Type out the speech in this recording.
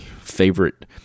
favorite